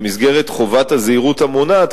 במסגרת חובת הזהירות המונעת,